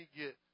get